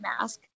mask